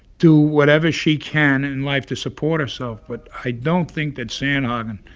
do whatever she can in life to support herself, but i don't think that sandhogging